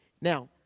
Now